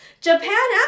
Japan